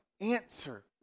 answer